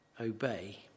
obey